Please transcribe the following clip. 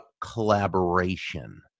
collaboration